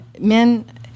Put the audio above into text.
men